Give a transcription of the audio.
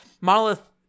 monolith